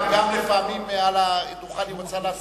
גם לפעמים על הדוכן היא רוצה להספיק.